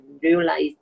realize